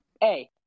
hey